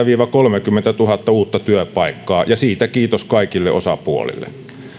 viiva kolmekymmentätuhatta uutta työpaikkaa ja siitä kiitos kaikille osapuolille